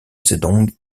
zedong